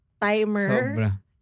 timer